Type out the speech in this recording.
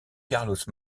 carlos